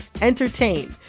entertain